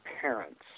parents